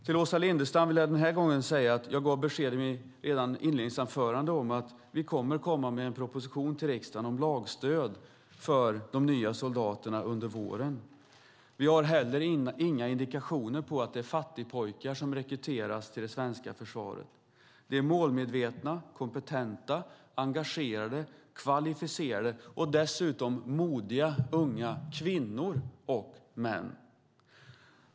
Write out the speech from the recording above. Till Åsa Lindestam vill jag den här gången säga att jag redan i mitt inledningsanförande gav besked om att regeringen under våren kommer till riksdagen med en proposition om lagstöd för de nya soldaterna. Vidare har vi inga indikationer på att det är fattigpojkar som rekryteras till det svenska försvaret, utan det handlar om målmedvetna, kompetenta, engagerade, kvalificerade och dessutom modiga unga kvinnor och män.